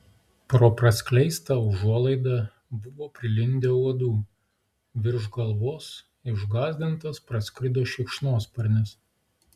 pro praskleistą užuolaidą buvo prilindę uodų virš galvos išgąsdintas praskrido šikšnosparnis